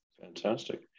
Fantastic